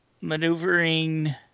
Maneuvering